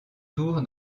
tour